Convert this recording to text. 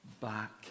back